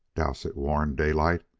dowsett warned daylight,